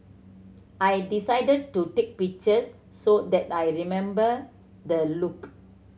I decided to take pictures so that I remember the look